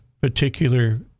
particular